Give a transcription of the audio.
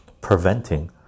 preventing